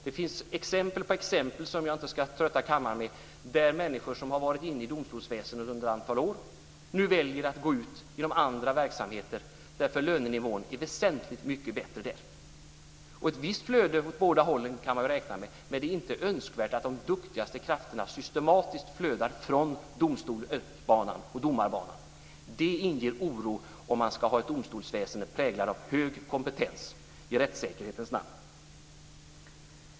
Det finns exempel på exempel, som jag inte ska trötta kammarens ledamöter med, på att människor som har varit inne i domstolsväsendet under ett antal år nu väljer att gå ut i andra verksamheter, där lönenivån är väsentligt mycket bättre. Ett visst flöde åt båda hållen kan man väl räkna med, men det är inte önskvärt att de duktigaste krafterna systematiskt flödar från domarbanan. Det inger oro om man ska ha ett domstolsväsende präglat av hög kompetens i rättssäkerhetens namn.